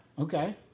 Okay